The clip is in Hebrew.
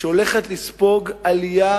שהולכת לספוג עלייה